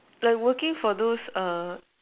like working for those err